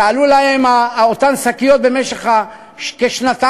שעלו להן אותן שקיות במשך כשנתיים,